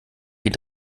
geht